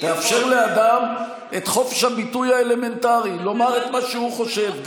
תאפשר לאדם את חופש הביטוי האלמנטרי לומר את מה שהוא חושב,